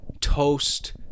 toast